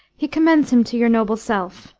he commends him to your noble self.